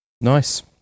Nice